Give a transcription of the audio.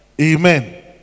Amen